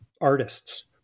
artists